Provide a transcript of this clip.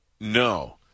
No